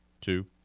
two